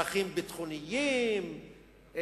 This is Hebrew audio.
צרכים ביטחוניים,